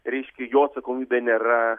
reiškia jo atsakomybė nėra